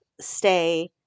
stay